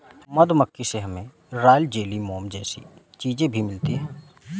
मधुमक्खी से हमे रॉयल जेली, मोम जैसी चीजे भी मिलती है